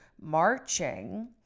marching